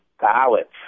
ballots